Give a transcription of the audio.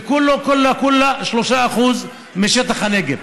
וכולה כולה כולה 3% משטח הנגב.